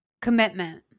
Commitment